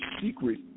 secret